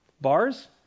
Bars